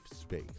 space